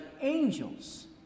angels